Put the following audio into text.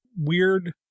weird